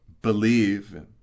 believe